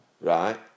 Right